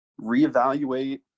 reevaluate